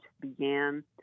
began